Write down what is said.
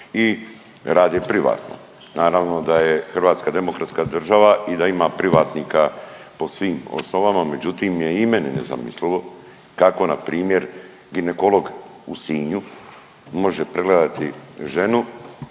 i rade privatno. Naravno da je Hrvatska demokratska država i da ima privatnika po svim osnovama, međutim je i meni nezamislivo kako npr. ginekolog u Sinju može pregledati ženu,